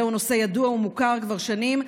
זהו נושא ידוע ומוכר כבר שנים,